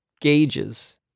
gauges